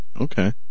Okay